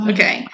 Okay